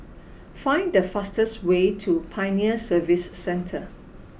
find the fastest way to Pioneer Service Centre